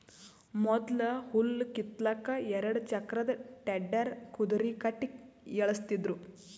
ಮೊದ್ಲ ಹುಲ್ಲ್ ಕಿತ್ತಲಕ್ಕ್ ಎರಡ ಚಕ್ರದ್ ಟೆಡ್ಡರ್ ಕುದರಿ ಕಟ್ಟಿ ಎಳಸ್ತಿದ್ರು